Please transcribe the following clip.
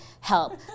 help